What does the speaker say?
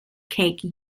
cake